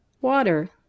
Water